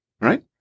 Right